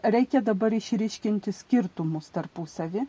reikia dabar išryškinti skirtumus tarpusavy